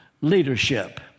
leadership